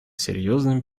серьезным